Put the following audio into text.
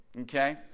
Okay